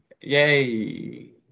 Yay